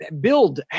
build